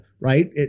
right